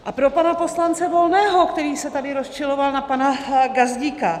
A pro pana poslance Volného, který se tady rozčiloval na pana Gazdíka.